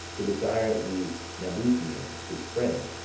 to desire the nabutheans his friends,